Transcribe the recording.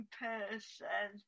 person